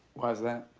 why's that?